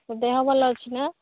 ତୋ ଦେହ ଭଲ ଅଛି ନା